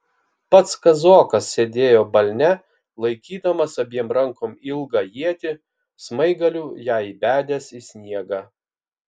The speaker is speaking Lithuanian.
pats kazokas sėdėjo balne laikydamas abiem rankom ilgą ietį smaigaliu ją įbedęs į sniegą